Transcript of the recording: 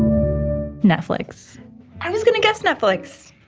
netflix i was gonna guess netflix!